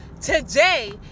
Today